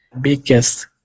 biggest